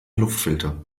luftfilter